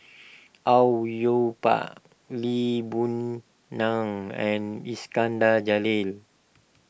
Au Yue Pak Lee Boon Ngan and Iskandar Jalil